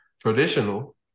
traditional